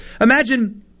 Imagine